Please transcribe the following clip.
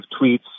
tweets